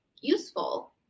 useful